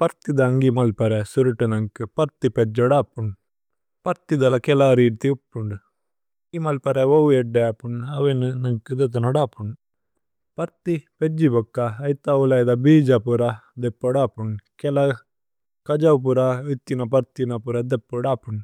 പര്ഥി ദ അന്ഗി മല് പ്രഏ സുരുതു നന്ഗു പര്ഥി। പേജ്ജോ ദാപുന് പര്ഥി ദല കേലാരി ഇതി ഉപുന്ദു। ഇ മല് പ്രഏ ഓവു ഏദ്ദ ആപുന് അവേനു നന്ഗു। ദേതനദാപുന് പര്ഥി പേജ്ജി ബോക ഐഥ ഓലൈദ। ബിജ പുര ദേപ്പോദാപുന് കേല കജ പുര ഇതിന। പര്ഥിന പുര ദേപ്പോദാപുന്